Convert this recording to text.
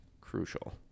crucial